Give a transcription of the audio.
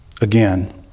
again